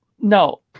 No